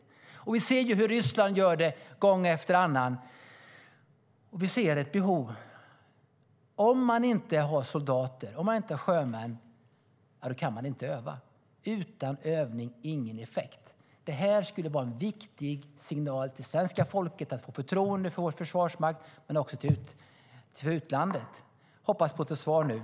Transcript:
Vi ser ju hur Ryssland gör det gång efter annan. Hoppas på ett svar nu.